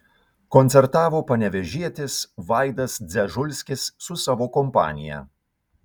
koncertavo panevėžietis vaidas dzežulskis su savo kompanija